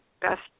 Best